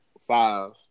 five